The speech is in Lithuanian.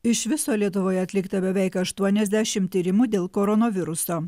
iš viso lietuvoje atlikta beveik aštuoniasdešimt tyrimų dėl koronaviruso